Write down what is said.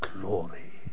glory